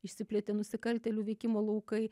išsiplėtė nusikaltėlių veikimo laukai